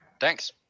Thanks